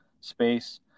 space